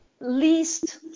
least